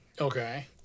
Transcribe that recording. Okay